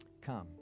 Come